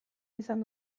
izan